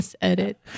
edit